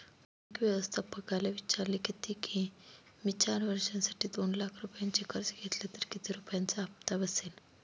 bank व्यवस्थापकाला विचारले किती की, मी चार वर्षांसाठी दोन लाख रुपयांचे कर्ज घेतले तर किती रुपयांचा हप्ता बसेल